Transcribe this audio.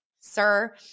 Sir